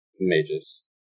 mage's